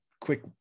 quick